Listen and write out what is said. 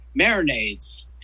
marinades